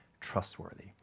trustworthy